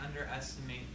underestimate